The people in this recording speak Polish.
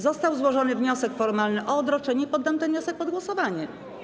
Został złożony wniosek formalny o odroczenie i poddam ten wniosek pod głosowanie.